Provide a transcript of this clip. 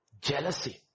Jealousy